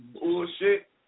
bullshit